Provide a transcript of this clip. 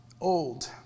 old